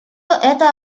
это